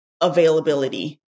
availability